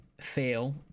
feel